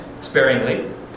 sparingly